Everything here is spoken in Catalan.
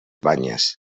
banyes